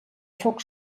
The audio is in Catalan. foc